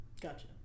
Gotcha